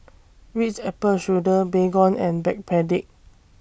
Ritz Apple Strudel Baygon and Backpedic